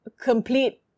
complete